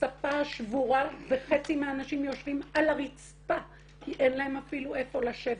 ספה שבורה וחצי מהאנשים יושבים על הרצפה כי אין להם אפילו איפה לשבת.